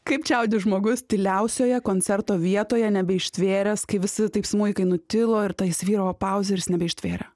kaip čiaudi žmogus tyliausioje koncerto vietoje nebeištvėręs kai visi taip smuikai nutilo ir ta įsivyravo pauzės ir jis nebeištvėrė